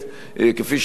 כפי שהבנו,